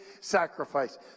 sacrifice